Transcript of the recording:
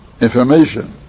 information